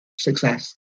success